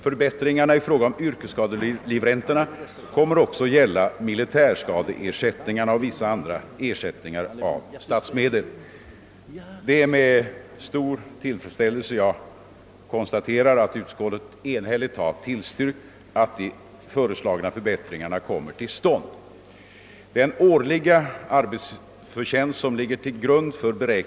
Förbättringarna i fråga om yrkesskadelivräntorna kommer också att gälla militära skadeersättningar och vissa andra ersättningar av statsmedel. Det är med stor tillfredsställelse jag konstaterar att utskottet enhälligt tillstyrkt att de föreslagna förbättringarna kommer till stånd.